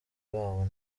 babo